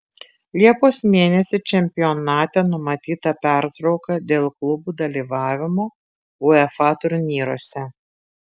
liepos mėnesį čempionate numatyta pertrauka dėl klubų dalyvavimo uefa turnyruose